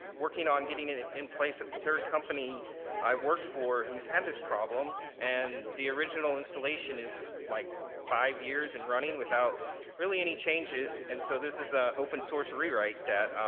working on getting it in place at the third company i've worked for whose had this problem and the original installation is like five years and running without really any changes and so this is a opensource rewrite that